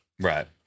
Right